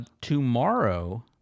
tomorrow